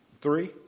Three